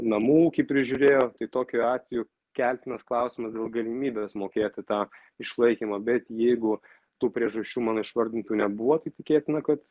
namų ūkį prižiūrėjo tai tokiu atveju keltinas klausimas dėl galimybės mokėti tą išlaikymą bet jeigu tų priežasčių mano išvardintų nebuvo tai tikėtina kad